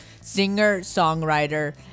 singer-songwriter